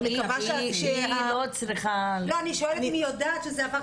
היא לא צריכה ל --- אני שואלת האם היא יודעת שזה עבר.